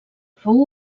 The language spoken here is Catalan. fou